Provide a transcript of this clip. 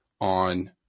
on